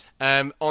On